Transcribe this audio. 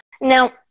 Now